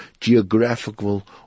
geographical